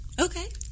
Okay